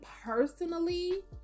personally